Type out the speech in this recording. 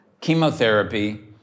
chemotherapy